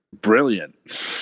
brilliant